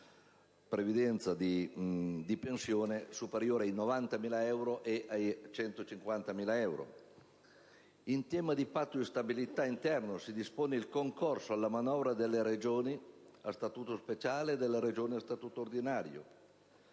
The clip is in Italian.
per importi di pensione superiori ai 90.000 e ai 150.000 euro. In tema di Patto di stabilità interno, si dispone il concorso alla manovra delle Regioni a statuto speciale, delle Regioni a statuto ordinario,